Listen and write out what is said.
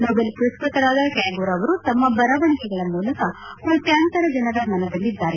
Nobel ಪುರಸ್ನತರಾದ ಟ್ಟಾಗೂರ್ ಅವರು ತಮ್ಮ ಬರವಣಿಗೆಗಳ ಮೂಲಕ ಕೋಟ್ಯಂತರ ಜನರ ಮನದಲ್ಲಿದ್ದಾರೆ